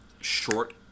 short